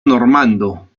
normando